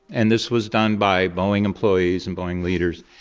and this was done by boeing employees and boeing leaders,